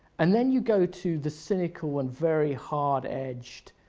and then you go to the cynical and very hard edged